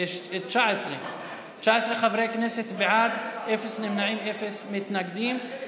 19 חברי כנסת בעד, אפס נמנעים, אפס מתנגדים.